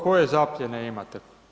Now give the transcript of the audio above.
Koje zaplijene imate?